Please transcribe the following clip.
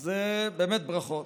אז באמת ברכות.